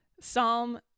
Psalm